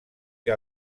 que